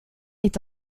est